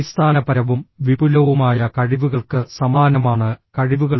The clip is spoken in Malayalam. അടിസ്ഥാനപരവും വിപുലവുമായ കഴിവുകൾക്ക് സമാനമാണ് കഴിവുകൾ